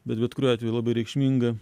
bet bet kuriuo atveju labai reikšminga